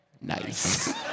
nice